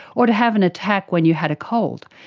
or to have an attack when you had a cold.